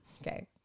Okay